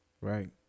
right